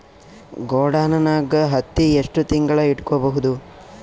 ಗೊಡಾನ ನಾಗ್ ಹತ್ತಿ ಎಷ್ಟು ತಿಂಗಳ ಇಟ್ಕೊ ಬಹುದು?